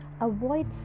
avoid